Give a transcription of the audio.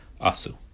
asu